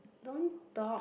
don't talk